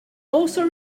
also